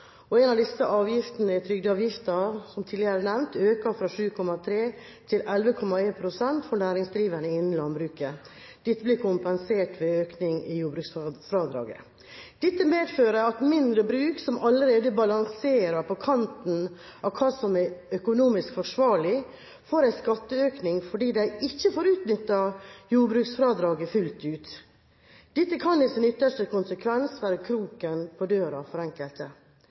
og en av disse avgiftene er trygdeavgiften, som tidligere nevnt økte fra 7,3 til 11,1 pst. for næringsdrivende innen landbruket. Dette blir kompensert ved økning i jordbruksfradraget. Dette medfører at mindre bruk som allerede balanserer på kanten av det som er økonomisk forsvarlig, får en skatteøkning fordi de ikke får utnyttet jordbruksfradraget fullt ut. Dette kan i ytterste konsekvens være kroken på døren for enkelte.